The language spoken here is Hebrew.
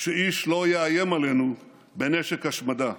שאיש לא יאיים עלינו בנשק השמדה.